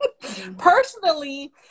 Personally